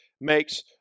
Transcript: makes